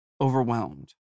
overwhelmed